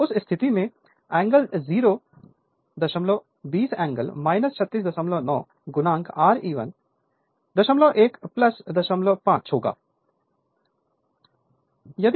तो उस स्थिति में एंगल 0 20 एंगल 369 Re1 0105 होगा